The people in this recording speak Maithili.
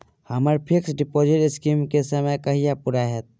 हम्मर फिक्स डिपोजिट स्कीम केँ समय कहिया पूरा हैत?